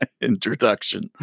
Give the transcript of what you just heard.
introduction